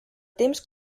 temps